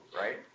right